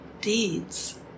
deeds